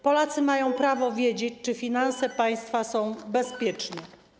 Polacy mają prawo wiedzieć, czy finanse państwa są bezpieczne.